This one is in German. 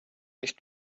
nicht